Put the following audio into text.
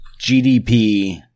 GDP